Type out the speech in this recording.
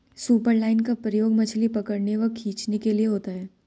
superline का प्रयोग मछली पकड़ने व खींचने के लिए होता है